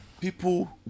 people